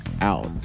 out